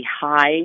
high